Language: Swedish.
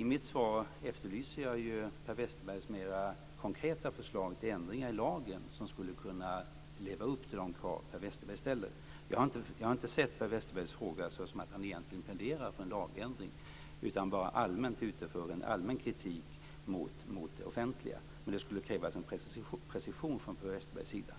I mitt svar efterlyser jag ju Per Westerbergs mer konkreta förslag till ändringar i lagen som skulle kunna leva upp till de krav Per Westerberg ställer. Jag har inte sett Per Westerbergs fråga så att han egentligen pläderar för en lagändring utan mer så att han är ute efter att framföra en allmän kritik mot det offentliga. Det krävs en precision från Per Westerbergs sida.